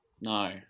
no